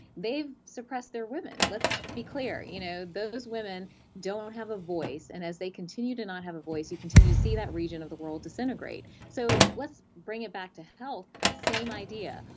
they've suppressed their women. let's be clear, you know those women don't have a voice, and as they continue to not have a voice you continue to see that region of the world disintegrate so let's bring it back to health, same idea,